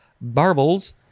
barbels